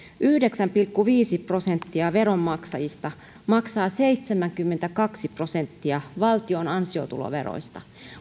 yhdeksän pilkku viisi prosenttia veronmaksajista maksaa seitsemänkymmentäkaksi prosenttia valtion ansiotuloveroista